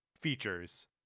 features